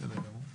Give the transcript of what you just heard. בסדר גמור.